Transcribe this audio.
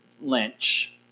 Lynch